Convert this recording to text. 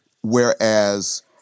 whereas